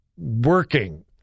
working